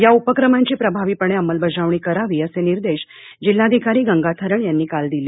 या उपक्रमांची प्रभावीपणे अंमलबजावणी करावी असे निर्देश जिल्हाधिकारी गंगाथरण यांनी काल दिले